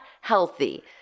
healthy